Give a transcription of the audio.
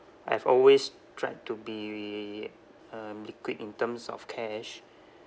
I've always tried to be um liquid in terms of cash